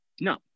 No